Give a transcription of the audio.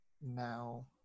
now